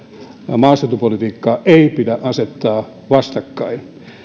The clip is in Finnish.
maaseutupolitiikkaa ei pidä asettaa vastakkain